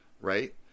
Right